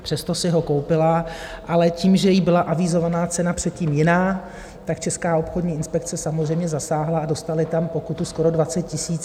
Přesto si ho koupila, ale tím, že jí byla avizovaná cena předtím jiná, tak Česká obchodní inspekce samozřejmě zasáhla a dostali tam pokutu skoro 20 000.